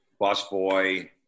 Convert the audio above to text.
busboy